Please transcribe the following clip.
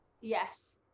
yes